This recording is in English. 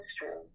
history